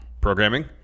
programming